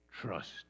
Trust